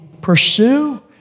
pursue